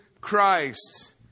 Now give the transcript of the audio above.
Christ